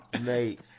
mate